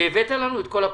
שהבאת לנו את כל הפרטים.